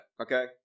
okay